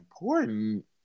important